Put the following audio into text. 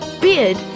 beard